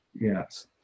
Yes